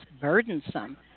burdensome